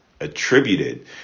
attributed